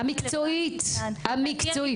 המקצועית, המקצועית.